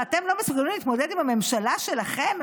ואתם לא מסוגלים להתמודד עם הממשלה שלכם,